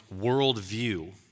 worldview